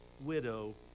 widow